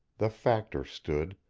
the factor stood,